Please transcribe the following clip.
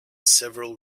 several